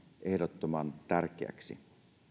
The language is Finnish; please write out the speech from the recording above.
ehdottoman tärkeäksi